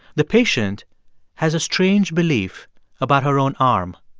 the patient has a strange belief about her own arm.